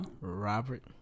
Robert